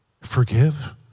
forgive